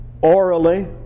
orally